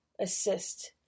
assist